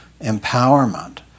empowerment